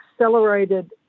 accelerated